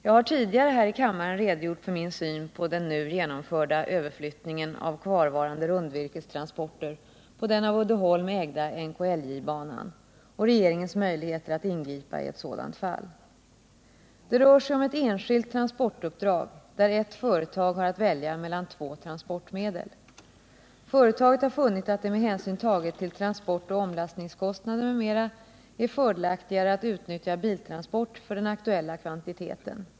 Jag har tidigare här i kammaren redogjort för min syn på den nu genomförda överflyttningen av kvarvarande rundvirkestransporter på den av Uddeholm ägda NKIJ-banan och regeringens möjligheter att ingripa i ett sådant fall. Det rör sig om ett enskilt transportuppdrag där ett företag har att välja mellan två transportmedel. Företaget har funnit att det med hänsyn taget till transportoch omlastningskostnader m.m. är fördelaktigare att utnyttja biltransport för den aktuella kvantiteten.